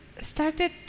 started